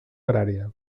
agrària